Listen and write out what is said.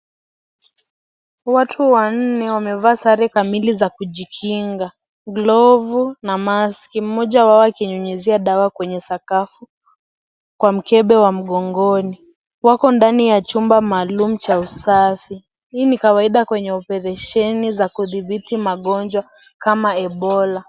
Watu wanne wamevaa sare kamili za kujikinga; glovu na maski mmoja wao akinyunyizia dawa kwenye sakafu kwa mkebe wa mgongoni. Wako ndani ya chumba maalum cha usafi. Hii ni kawaida kwa oparesheni ya kudhibiti magonjwa kama ebola.